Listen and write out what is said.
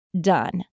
done